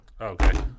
Okay